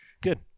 good